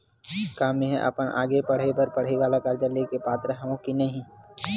का मेंहा अपन आगे के पढई बर पढई वाले कर्जा ले के पात्र हव?